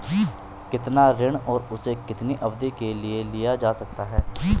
कितना ऋण और उसे कितनी अवधि के लिए लिया जा सकता है?